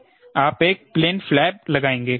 आप एक plane flap लगाएंगे